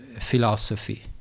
philosophy